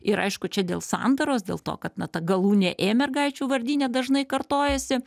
ir aišku čia dėl santaros dėl to kad na ta galūnė ė mergaičių vardyne dažnai kartojasi